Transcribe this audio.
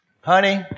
Honey